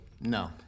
no